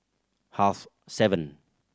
half seven